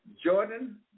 Jordan